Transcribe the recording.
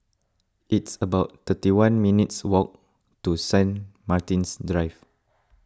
it's about thirty one minutes' walk to Saint Martin's Drive